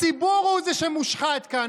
הציבור הוא זה שמושחת כאן,